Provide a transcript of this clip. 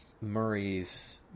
Murray's